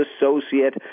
associate